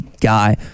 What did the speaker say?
guy